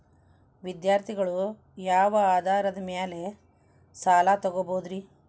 ವಿದ್ಯಾರ್ಥಿಗಳು ಯಾವ ಆಧಾರದ ಮ್ಯಾಲ ಸಾಲ ತಗೋಬೋದ್ರಿ?